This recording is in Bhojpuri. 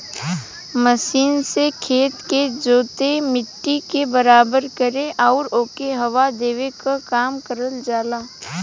मशीन से खेत के जोते, मट्टी के बराबर करे आउर ओके हवा देवे क काम करल जाला